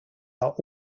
are